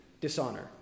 dishonor